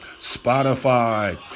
Spotify